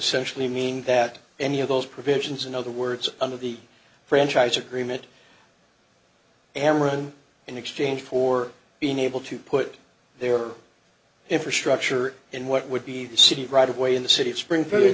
essentially mean that any of those provisions in other words under the franchise agreement amran in exchange for being able to put their infrastructure in what would be the city right of way in the city of springfield